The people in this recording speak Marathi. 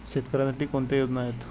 शेतकऱ्यांसाठी कोणत्या योजना आहेत?